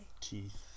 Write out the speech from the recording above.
Teeth